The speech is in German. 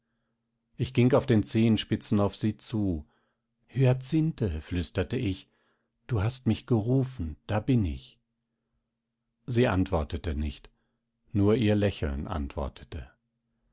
ich ging auf den zehenspitzen auf sie zu hyacinthe flüsterte ich du hast mich gerufen da bin ich sie antwortete nicht nur ihr lächeln antwortete